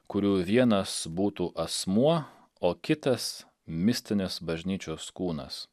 kurių vienas būtų asmuo o kitas mistinis bažnyčios kūnas